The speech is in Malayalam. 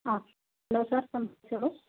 ആഹ് ഹലോ സർ ചോദിച്ചോളൂ